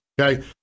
Okay